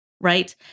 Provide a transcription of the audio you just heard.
right